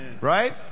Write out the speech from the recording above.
Right